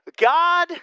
God